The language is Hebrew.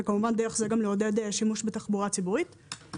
ודרך זה גם לעודד שימוש בתחבורה הציבורית.